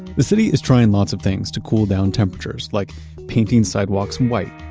the city is trying lots of things to cool down temperatures like painting sidewalks white.